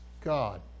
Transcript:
God